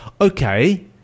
Okay